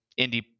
indie